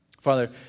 Father